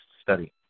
study